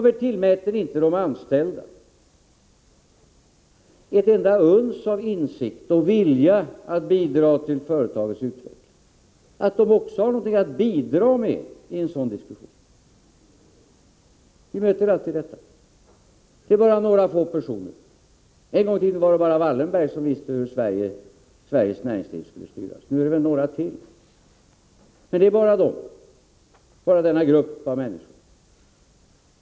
Varför tillmäter man inte de anställda ett enda uns av insikt och vilja när det gäller att bidra till företagets utveckling? Varför tror man inte att de också har något att bidra med i sådana diskussioner? Vi möter alltid detta. Det är bara några få personer som vet hur pengarna skall användas. En gång i tiden var det bara Wallenberg som visste hur Sveriges näringsliv skulle styras. Nu är det väl några till, men det är fortfarande bara denna lilla grupp av människor.